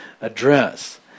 address